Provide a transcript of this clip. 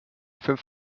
fünf